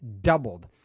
doubled